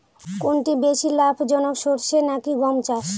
কোনটি বেশি লাভজনক সরষে নাকি গম চাষ?